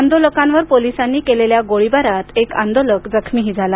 आंदोलकांवर पोलिसांनी केलेल्या गोळीबारात एक आंदोलक जखमीही झाला